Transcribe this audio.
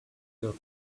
your